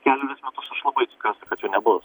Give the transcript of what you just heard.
kelerius metus aš labai tikiuosi kad čia nebus